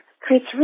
creates